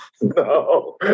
no